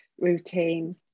routine